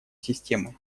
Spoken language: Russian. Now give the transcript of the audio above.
системы